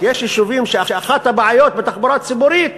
יש יישובים שאחת הבעיות בתחבורה ציבורית